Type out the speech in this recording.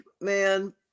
man